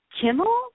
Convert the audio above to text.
Kimmel